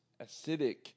acidic